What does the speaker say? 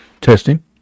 testing